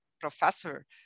professor